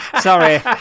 Sorry